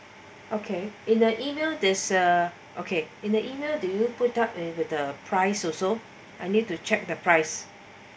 okay in the email there's a okay in the email did you put up with the price also I need to check the price